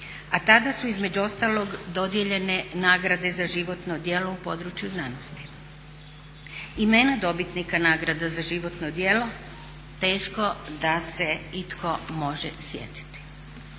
a tada su između ostalog dodijeljene nagrade za životno djelo u području znanosti. Imena dobitnika nagrada za životno djelo teško da se itko može sjetiti.